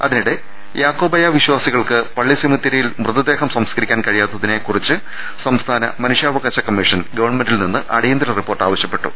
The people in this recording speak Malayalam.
അതിനിടെ യാക്കോബായ വിശ്വാസികൾക്ക് പള്ളിസെമിത്തേരി യിൽ മൃതദേഹം സംസ്കരിക്കാൻ ക്ഴിയാത്തിനെ കുറിച്ച് സംസ്ഥാന മനുഷ്യാവകാശ കമ്മീഷൻ ഗവൺമെന്റിൽ നിന്ന് അടി യന്തര റിപ്പോർട്ട് ആവശ്യപ്പെട്ടു